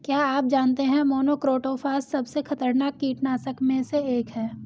क्या आप जानते है मोनोक्रोटोफॉस सबसे खतरनाक कीटनाशक में से एक है?